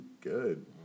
good